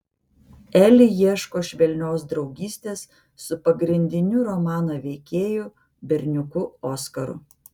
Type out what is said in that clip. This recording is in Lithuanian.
eli ieško švelnios draugystės su pagrindiniu romano veikėju berniuku oskaru